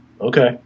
okay